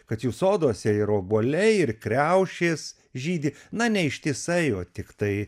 kad jų soduose ir obuoliai ir kriaušės žydi na ne ištisai o tiktai